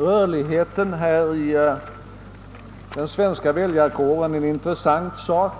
Rörligheten i den svenska väljarkåren är en intressant företeelse.